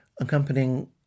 accompanying